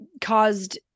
caused